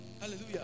Hallelujah